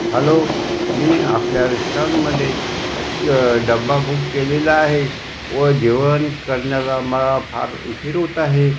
hello मी आपल्या रेस्टॉरंटमध्ये डबा बुक केलेला आहे व जेवण करण्याला मला फार उशीर होत आहे